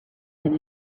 than